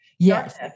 Yes